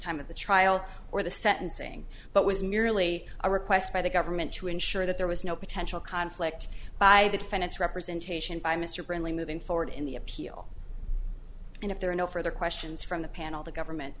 time of the trial or the sentencing but was merely a request by the government to ensure that there was no potential conflict by the defendants representation by mr brindley moving forward in the appeal and if there are no further questions from the panel the government